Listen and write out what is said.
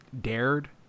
Dared